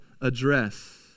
address